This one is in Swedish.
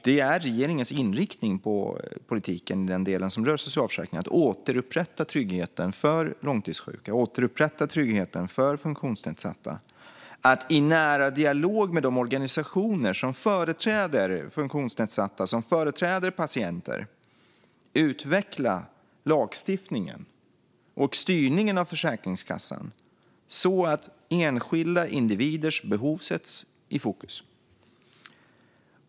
Det är regeringens inriktning på politiken i den del som rör socialförsäkringarna att återupprätta tryggheten för långtidssjuka och för funktionsnedsatta och att i nära dialog med de organisationer som företräder funktionsnedsatta och patienter utveckla lagstiftningen och styrningen av Försäkringskassan så att enskilda individers behov sätts i fokus.